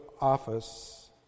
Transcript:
office